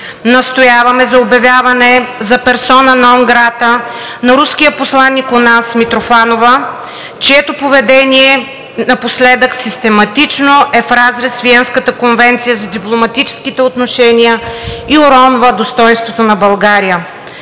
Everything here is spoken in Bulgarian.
настояваме за обявяване за persona non grata на руския посланик у нас Митрофанова, чието поведение напоследък систематично е в разрез с Виенската конвенция за дипломатическите отношения и уронва достойнството на България.